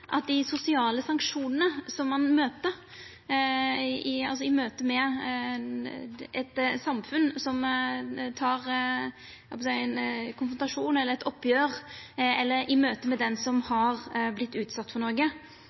av dei sosiale sanksjonane ein treffer på i eit samfunn som tek ein konfrontasjon eller eit oppgjør – i møte med den som har vorte utsett for noko